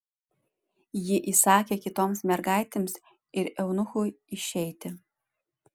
ji įsakė kitoms mergaitėms ir eunuchui išeiti